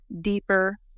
deeper